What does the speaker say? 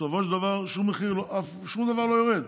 בסופו של דבר שום דבר לא יורד,